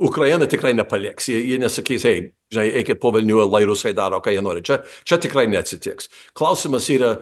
ukrainą tikrai nepaliks jie jie nesakys ei žinai eikit po velnių lai rusai daro ką jie nori čia čia tikrai neatsitiks klausimas yra